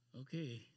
Okay